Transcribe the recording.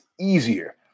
easier